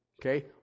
Okay